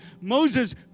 Moses